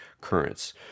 currents